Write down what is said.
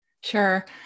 Sure